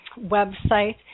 website